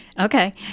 Okay